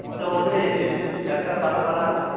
ମୁଁ ତ କହୁଥିଲି ଯାତ୍ରା ପାଲା ଫାଲା